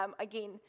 again